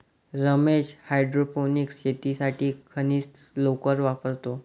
Ramesh hydroponics शेतीसाठी खनिज लोकर वापरतो